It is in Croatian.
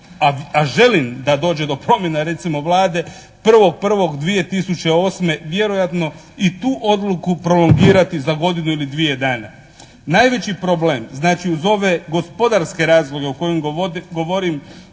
a želim da dođe do promjena recimo Vlade, 1.1.2008. vjerojatno i tu odluku prolongirati za godinu ili dvije dana. Najveći problem znači uz ove gospodarske razloge o kojima govorim